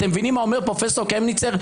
אתם מבינים מה אומר פרופ' קרמניצר?